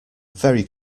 very